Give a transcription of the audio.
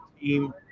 team